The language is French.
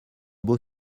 beau